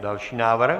Další návrh?